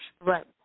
right